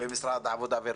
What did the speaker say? במשרד העבודה והרווחה,